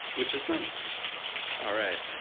which is nice all right.